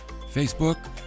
Facebook